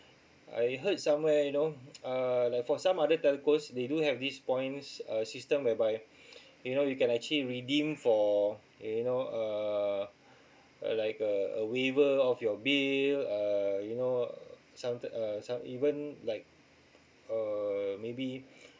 I heard somewhere you know uh like for some other telcos they do have this points uh system whereby you know you can actually redeem for you know uh uh like a a waiver of your bill uh you know uh something uh some even like uh maybe